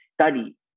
study